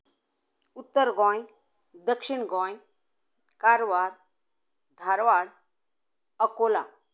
उत्तर गोंय दक्षिण गोंय कारवार धारवाड अंकोला